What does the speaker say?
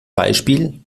beispiel